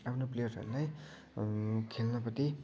आफ्नो प्लेयर्सहरूलाई खेल्न प्रति